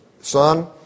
Son